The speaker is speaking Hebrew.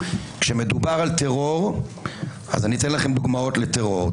כשמדובר על טרור אז אני אתן לכם דוגמאות לטרור.